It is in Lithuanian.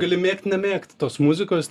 gali mėgt nemėgt tos muzikos